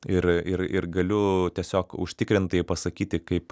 ir ir ir galiu tiesiog užtikrintai pasakyti kaip